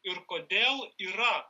ir kodėl yra